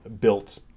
built